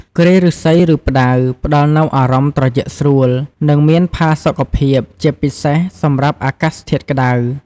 គ្រែឫស្សី ឬផ្តៅផ្តល់នូវអារម្មណ៍ត្រជាក់ស្រួល និងមានផាសុកភាព ជាពិសេសសម្រាប់អាកាសធាតុក្តៅ។